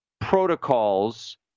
protocols